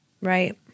Right